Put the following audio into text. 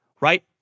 right